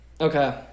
Okay